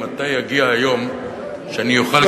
מתי יגיע היום שאני אוכל,